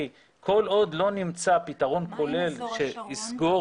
כי כל עוד לא נמצא פתרון כולל שיסגור